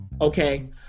Okay